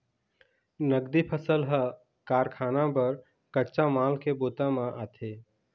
नगदी फसल ह कारखाना बर कच्चा माल के बूता म आथे